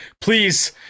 please